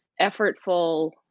effortful